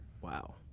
Wow